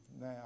now